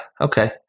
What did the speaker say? Okay